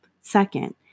Second